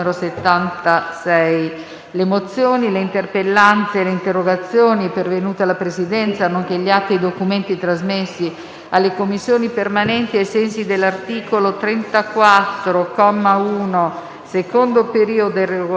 Le mozioni, le interpellanze e le interrogazioni pervenute alla Presidenza, nonché gli atti e i documenti trasmessi alle Commissioni permanenti ai sensi dell'articolo 34, comma 1, secondo periodo, del Regolamento